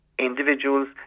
individuals